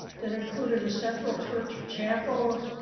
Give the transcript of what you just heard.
that included a central church, chapel,